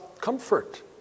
comfort